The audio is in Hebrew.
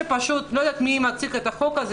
אני לא יודעת מי מציג את החוק הזה.